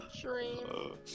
Dream